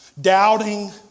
Doubting